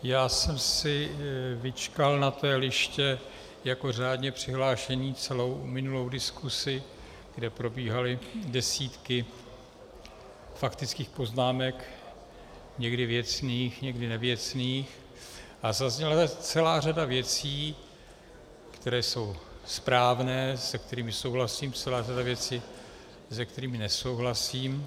Já jsem si vyčkal na té liště jako řádně přihlášený celou minulou diskuzi, kde probíhaly desítky faktických poznámek, někdy věcných, a zazněla tady celá řada věcí, které jsou správné, se kterými souhlasím, i celá řada věcí, se kterými nesouhlasím.